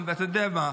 אתה יודע מה,